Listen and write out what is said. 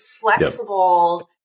flexible